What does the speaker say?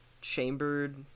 chambered